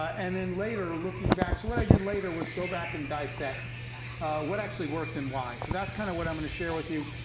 and then later, looking back so what i did later was go back and dissect what actually worked and why. so that's kind of what i'm gonna share with you.